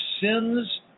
sins